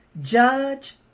Judge